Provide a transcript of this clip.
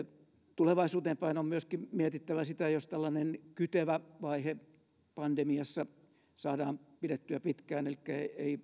tulevaisuuteen päin on myöskin mietittävä sitä että jos tällainen kytevä vaihe pandemiassa saadaan pidettyä pitkään elikkä